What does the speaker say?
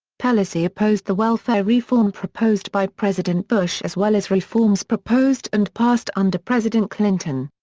pelosi opposed the welfare reform proposed by president bush as well as reforms proposed and passed under president clinton.